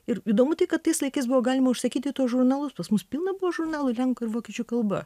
ir įdomu tai kad tais laikais buvo galima užsakyti tuos žurnalus pas mus pilna buvo žurnalų lenkų ir vokiečių kalba